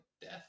death